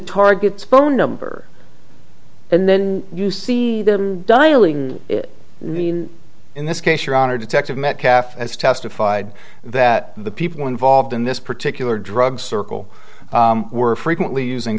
phone number and then you see them dialing it mean in this case your honor detective metcalf has testified that the people involved in this particular drug circle were frequently using